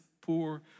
poor